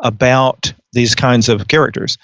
about these kinds of characters.